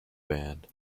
band